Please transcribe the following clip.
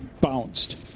bounced